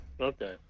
Okay